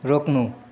रोक्नु